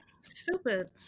stupid